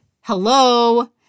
hello